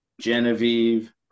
Genevieve